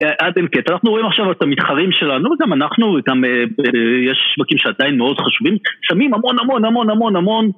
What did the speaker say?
עד אין קץ. אנחנו רואים עכשיו את המתחרים שלנו, גם אנחנו, וגם יש שווקים שעדיין מאוד חשובים, שמים המון, המון, המון, המון, המון